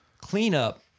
cleanup